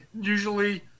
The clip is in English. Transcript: usually